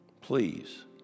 Please